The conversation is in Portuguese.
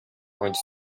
onde